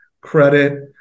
credit